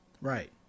Right